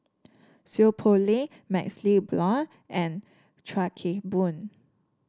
Seow Poh Leng MaxLe Blond and Chuan Keng Boon